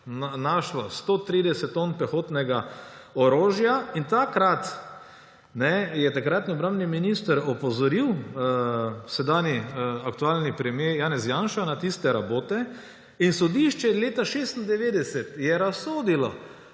našlo 130 ton pehotnega orožja in takrat je takratni obrambni minister opozoril, sedanji aktualni premier Janez Janša, na tiste rabote in sodišče je leta 1996 razsodilo,